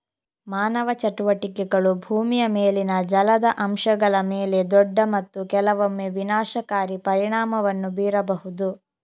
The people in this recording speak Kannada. ಮಾನವ ಚಟುವಟಿಕೆಗಳು ಭೂಮಿಯ ಮೇಲಿನ ಜಲದ ಅಂಶಗಳ ಮೇಲೆ ದೊಡ್ಡ ಮತ್ತು ಕೆಲವೊಮ್ಮೆ ವಿನಾಶಕಾರಿ ಪರಿಣಾಮವನ್ನು ಬೀರಬಹುದು